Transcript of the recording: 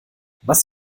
was